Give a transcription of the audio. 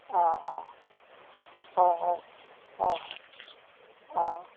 অঁ অঁ হয় হয় হয় অঁ